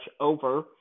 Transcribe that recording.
over